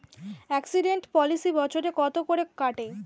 Accident policy বছরে কত করে কাটে?